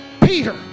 Peter